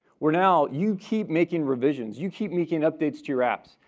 where now you keep making revisions. you keep making updates to your apps.